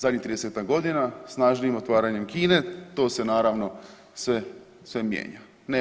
Zadnjih 30-tak godina snažnijim otvaranjem Kine to se naravno sve, sve mijenja.